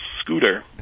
scooter